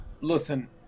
listen